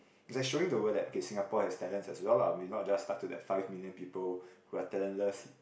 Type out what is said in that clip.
he's like showing the world eh okay Singapore has talents as well lah we not just stuck to the five million people who are talentless